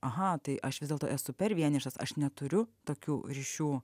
aha tai aš vis dėlto esu per vienišas aš neturiu tokių ryšių